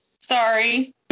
Sorry